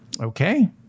Okay